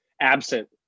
absent